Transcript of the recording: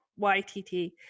ytt